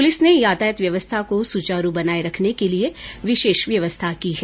police ने यातायात व्यवस्था को सुचारू बनाए रखने के लिए विशेष व्यवस्था की है